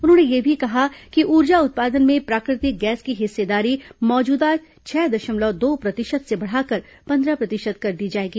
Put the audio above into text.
उन्होंने यह भी कहा कि ऊर्जा उत्पादन में प्राकृतिक गैस की हिस्सेदारी मौजूदा छह दशमलव दो प्रतिशत से बढ़ाकर पंद्रह प्रतिशत कर दी जाएगी